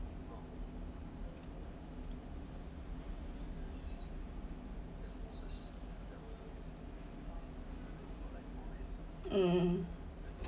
um